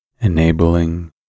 enabling